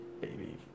baby